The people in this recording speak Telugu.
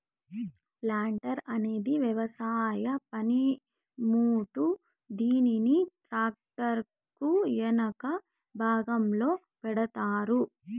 ప్లాంటార్ అనేది వ్యవసాయ పనిముట్టు, దీనిని ట్రాక్టర్ కు ఎనక భాగంలో పెడతారు